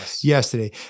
yesterday